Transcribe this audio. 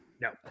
No